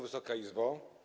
Wysoka Izbo!